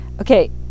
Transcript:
Okay